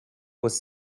was